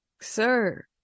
sir